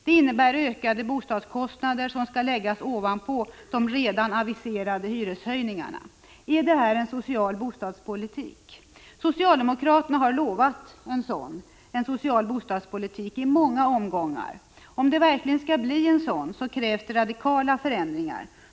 Det innebär ökade bostadskostnader, som skall läggas ovanpå de redan aviserade hyreshöjningarna. Är detta en social bostadspolitik? Socialdemokraterna har lovat en social bostadspolitik i många omgångar. Om det verkligen skall bli en sådan politik krävs radikala förändringar.